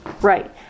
Right